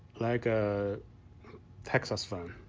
like a texas fan.